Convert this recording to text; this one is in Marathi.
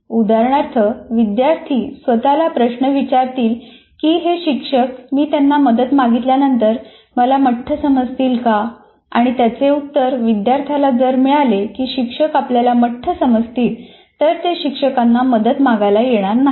उदाहरणार्थ विद्यार्थी स्वतःला प्रश्न विचारतील की हे शिक्षक मी त्यांना मदत मागितल्यानंतर मला मठ्ठ समजतील का आणि त्याचे उत्तर विद्यार्थ्यांना जर मिळाले की शिक्षक आपल्याला मठ्ठ समजतील तर ते शिक्षकांना मदत मागायला येणार नाहीत